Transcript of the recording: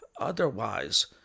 otherwise